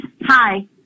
Hi